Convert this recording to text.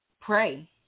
pray